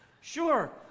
sure